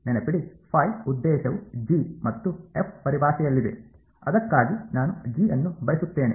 ನೆನಪಿಡಿ ಉದ್ದೇಶವು ಜಿ ಮತ್ತು ಎಫ್ ಪರಿಭಾಷೆಯಲ್ಲಿದೆ ಅದಕ್ಕಾಗಿ ನಾನು ಜಿ ಅನ್ನು ಬಯಸುತ್ತೇನೆ